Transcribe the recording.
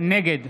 נגד